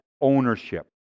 ownership